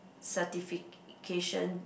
certification